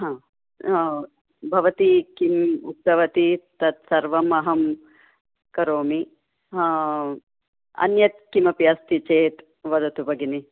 आम् अ भवति किम् उक्तवती तत् सर्वम् अहम् करोमि अन्यत् किमपि अस्ति चेत् वदतु भगिनी